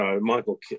Michael